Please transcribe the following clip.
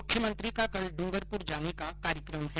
मुख्यमंत्री का कल इंगरपुर जाने का कार्यक्रम है